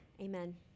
amen